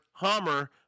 Hammer